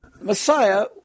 Messiah